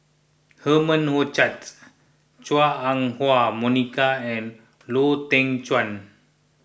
Herman Hochstadts Chua Ah Huwa Monica and Lau Teng Chuan